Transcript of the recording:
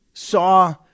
saw